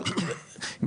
הייתי אומר,